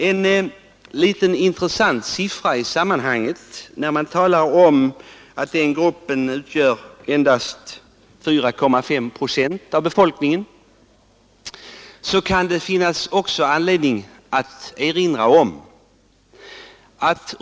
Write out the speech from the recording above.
Ett par andra intressanta siffror i sammanhanget: Jordbrukargruppen utgör endast 4,5 procent av befolkningen.